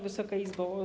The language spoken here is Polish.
Wysoka Izbo!